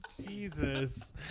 Jesus